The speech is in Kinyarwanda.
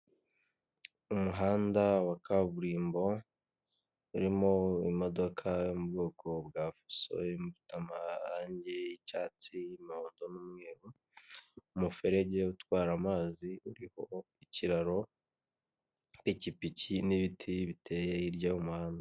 Umuhanda wa kaburimbo urimo imodoka yo mu bwoko bwa fusu ifite amarangi y'icyatsi umuhondo n'umweru, umuferege utwara amazi uriho ikiraro. Ikipiki n'ibiti biteye hirya y'umuhanda.